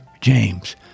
James